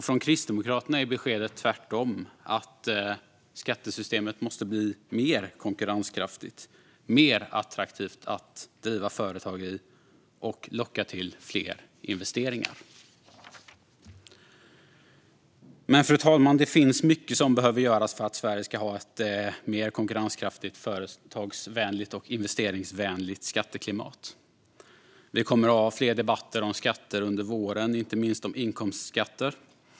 Från Kristdemokraterna är beskedet det motsatta: Skattesystemet måste tvärtom bli mer konkurrenskraftigt, göra det mer attraktivt att driva företag och locka till fler investeringar. Fru talman! Mycket behöver dock göras för att Sverige ska ha ett mer konkurrenskraftigt, företagsvänligt och investeringsvänligt skatteklimat. Vi kommer att ha fler debatter om skatter under våren, inte minst om inkomstskatter.